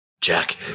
Jack